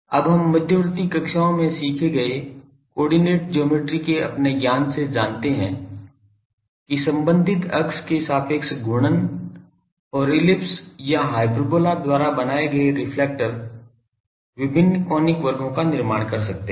अब हम मध्यवर्ती कक्षाओं में सीखे गए कोआर्डिनेट ज्योमेट्री के अपने ज्ञान से जानते हैं कि संबंधित अक्ष के सापेक्ष घूर्णन और इलिप्स या हाइपरबोला द्वारा बनाए गए रिफ्लेक्टर विभिन्न कोनिक वर्गों का निर्माण कर सकते हैं